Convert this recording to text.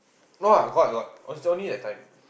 no lah got got was only that time